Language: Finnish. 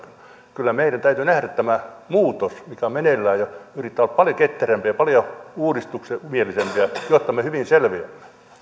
kyllä meidän täytyy nähdä tämä muutos mikä on meneillään ja yrittää olla paljon ketterämpiä paljon uudistusmielisempiä jotta me hyvin selviämme